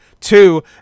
Two